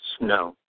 No